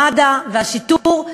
מד"א והשיטור,